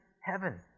heaven